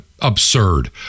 absurd